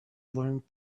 learned